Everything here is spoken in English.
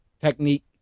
Technique